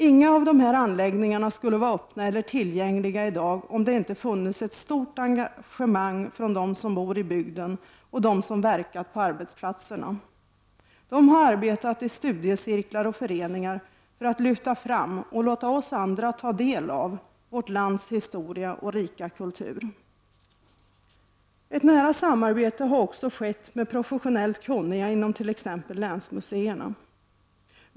Inga av dessa anläggningar skulle vara öppna och tillgängliga i dag om det inte funnits ett stort engagemang från dem som bor i bygden och dem som verkat på arbetsplatserna. De har arbetat i studiecirklar och föreningar för att lyfta fram, och låta oss andra ta del av, vårt lands historia och rika kultur. Ett nära samarbete har också skett med professionellt kunniga inom t.ex. länsmuseerna.